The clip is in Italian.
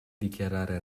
dichiarare